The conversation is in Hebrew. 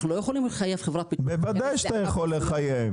אנחנו לא יכולים לחייב חברת ביטוח -- בוודאי שאתה יכול לחייב.